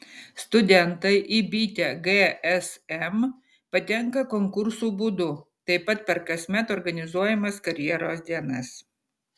studentai į bitę gsm patenka konkursų būdu taip pat per kasmet organizuojamas karjeros dienas